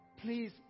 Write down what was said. please